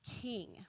king